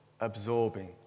absorbing